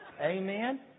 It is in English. Amen